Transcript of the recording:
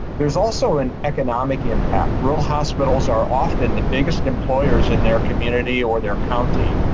there's also an economic impact. rural hospitals are often the biggest employers in their community or their county,